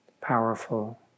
Powerful